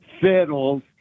fiddles